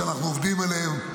ואנחנו עובדים עליהם,